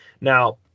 Now